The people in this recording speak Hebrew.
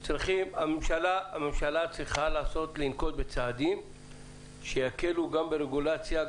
הממשלה צריכה לנקוט בצעדים שיקלו גם ברגולציה,